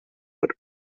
oats